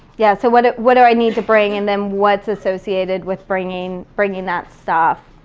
yeah, so what what do i need to bring and then what's associated with bringing bringing that stuff.